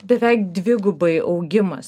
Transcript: beveik dvigubai augimas